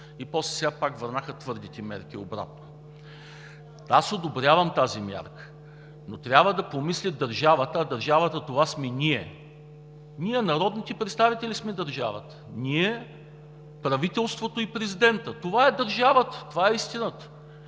После пак върнаха твърдите мерки обратно. Одобрявам тази мярка, но трябва да помисли държавата, а държавата това сме ние. Ние, народните представители, сме държавата. Ние, правителството и президентът – това е държавата. Това е истината.